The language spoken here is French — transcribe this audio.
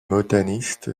botaniste